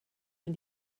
and